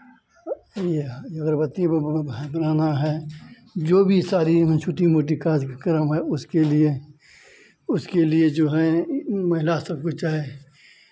ये अगरबत्ती बनाना है जो भी सारी छोटी मोटी कार्यक्रम है उसके लिए उसके लिए जो हैं महिला सब कुछ चाहे